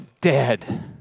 dead